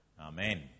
Amen